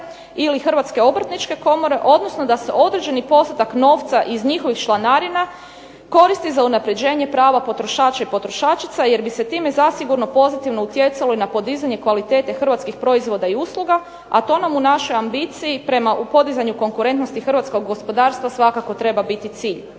ili Hrvatske obrtničke komore, odnosno da se određeni postotak novca iz njihovih članarina koristi za unapređenje prava potrošača i potrošačica jer bi se time zasigurno pozitivno utjecalo i na podizanje kvalitete hrvatskih proizvoda i usluga, a to nam u našoj ambiciji u podizanju konkurentnosti hrvatskog gospodarstva svakako treba biti cilj.